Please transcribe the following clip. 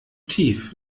tief